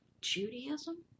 Judaism